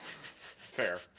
Fair